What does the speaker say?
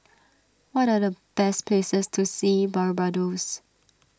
what are the best places to see Barbados